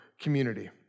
community